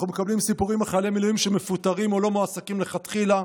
אנחנו מקבלים סיפורים מחיילי מילואים שמפוטרים או לא מועסקים מלכתחילה.